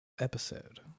episode